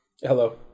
hello